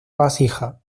vasija